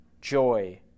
joy